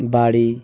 বাড়ি